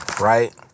right